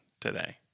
today